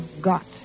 got